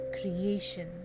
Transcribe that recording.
creation